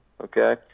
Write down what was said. Okay